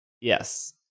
Yes